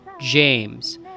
James